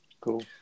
Cool